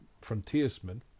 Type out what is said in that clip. frontiersmen